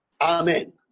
Amen